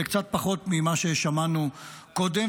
וקצת פחות ממה ששמענו קודם.